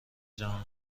جهان